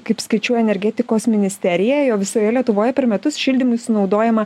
kaip skaičiuoja energetikos ministerija jau visoje lietuvoj per metus šildymui sunaudojama